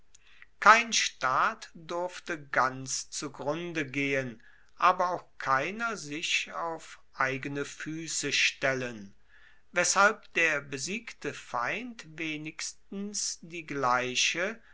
kein staat durfte ganz zugrunde gehen aber auch keiner sich auf eigene fuesse stellen weshalb der besiegte feind wenigstens die gleiche